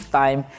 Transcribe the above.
time